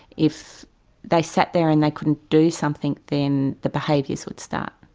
if they sat there and they couldn't do something, then the behaviours would start.